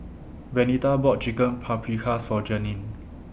Venita bought Chicken Paprikas For Janeen